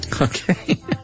Okay